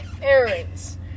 parents